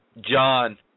John